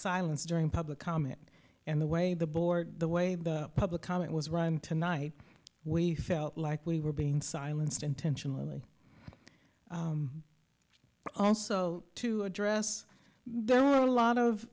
silence during public comment and the way the board the way the public comment was run tonight we felt like we were being silenced intentionally also to address there were a lot of